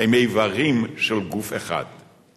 הם איברים של גוף אחד,